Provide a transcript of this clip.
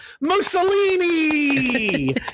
Mussolini